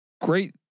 great